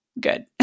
good